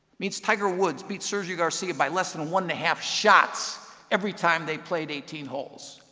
means tiger woods beat sergio garcia by less than one and a half shots every time they played eighteen holes.